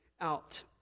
out